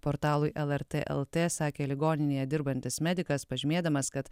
portalui lrt lt sakė ligoninėje dirbantis medikas pažymėdamas kad